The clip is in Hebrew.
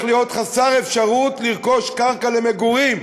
להיות חסר אפשרות לרכוש קרקע למגורים,